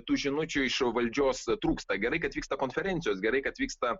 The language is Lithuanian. tų žinučių iš valdžios trūksta gerai kad vyksta konferencijos gerai kad vyksta